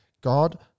god